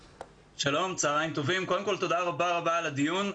שלום לכולם ותודה רבה עבור עריכת הדיון.